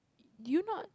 do you not